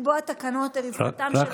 לקבוע תקנות לרווחתם של,